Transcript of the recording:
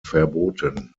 verboten